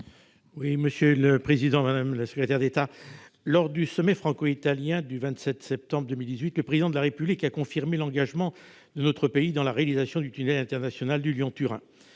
la ministre de la transition écologique et solidaire. Lors du sommet franco-italien du 27 septembre 2018, le Président de la République a confirmé l'engagement de notre pays dans la réalisation du tunnel international du Lyon-Turin.